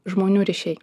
žmonių ryšiai